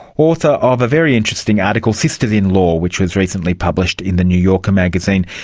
author of a very interesting article sisters in law, which was recently published in the new yorker magazine.